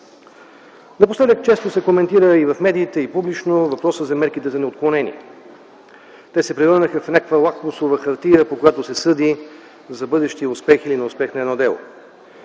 Напоследък често се коментира – и в медиите, и публично, въпросът за мерките за неотклонение. Те се превърнаха в някаква лакмусова хартия, по която се съди за бъдещия успех или неуспех на едно дело.